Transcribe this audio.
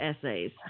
essays